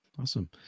Awesome